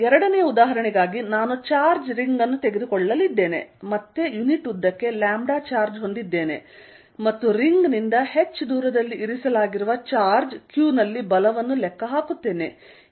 ಎರಡನೆಯ ಉದಾಹರಣೆಗಾಗಿ ನಾನು ಚಾರ್ಜ್ ರಿಂಗ್ ಅನ್ನು ತೆಗೆದುಕೊಳ್ಳಲಿದ್ದೇನೆ ಮತ್ತೆ ಯುನಿಟ್ ಉದ್ದಕ್ಕೆ ಲ್ಯಾಂಬ್ಡಾ ಚಾರ್ಜ್ ಹೊಂದಿದ್ದೇನೆ ಮತ್ತು ರಿಂಗ್ ನಿಂದ h ದೂರದಲ್ಲಿ ಇರಿಸಲಾಗಿರುವ ಚಾರ್ಜ್ q ನಲ್ಲಿ ಬಲವನ್ನು ಲೆಕ್ಕಹಾಕುತ್ತೇನೆ